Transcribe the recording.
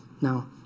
Now